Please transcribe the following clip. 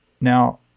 Now